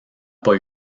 pas